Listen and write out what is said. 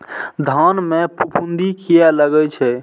धान में फूफुंदी किया लगे छे?